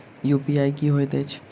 UPI की होइत अछि